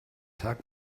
tag